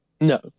no